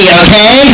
okay